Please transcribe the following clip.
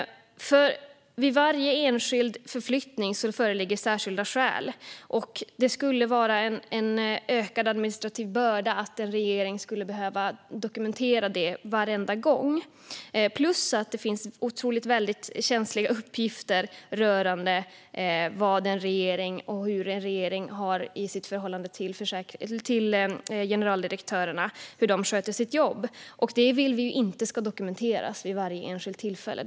Vid varje enskild förflyttning föreligger särskilda skäl, och det skulle vara en ökad administrativ börda för en regering om den behövde dokumentera detta varenda gång. Dessutom finns det väldigt känsliga uppgifter rörande en regerings förhållande till generaldirektörerna och hur de sköter sitt jobb. Vi vill inte att detta ska dokumenteras vid varje enskilt tillfälle.